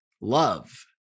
love